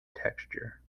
texture